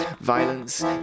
Violence